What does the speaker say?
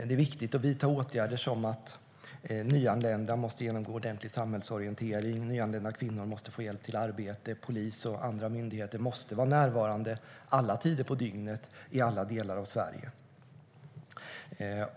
Det är viktigt att vidta åtgärder som att nyanlända måste genomgå en ordentlig samhällsorientering, att nyanlända kvinnor måste få hjälp till arbete och att polis och andra myndigheter måste vara närvarande alla tider på dygnet i alla delar av Sverige.